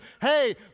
hey